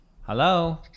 Hello